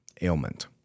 ailment